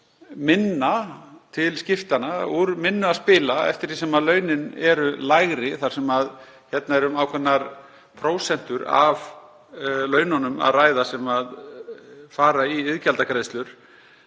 minna er til skiptanna, úr minna að spila eftir því sem launin eru lægri þar sem hér er um ákveðnar prósentur af laununum að ræða sem fara í iðgjaldagreiðslur.